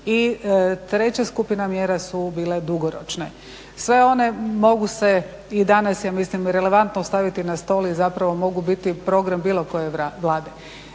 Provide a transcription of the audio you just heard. i treća skupina mjera su bile dugoročne. Sve one mogu se i danas ja mislim relevantno staviti na stol i mogu biti program bilo koje vlade.